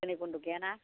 गारि बन्द' गैया ना